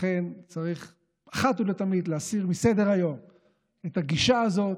ולכן צריך אחת ולתמיד להסיר מסדר-היום את הגישה הזאת,